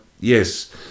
yes